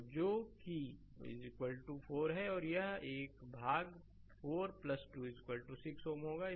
तो जो कि 4 है यह 4 है यह भाग 4 2 6 Ωहोगा